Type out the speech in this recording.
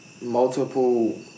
multiple